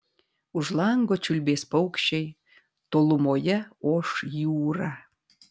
už lango čiulbės paukščiai tolumoje oš jūra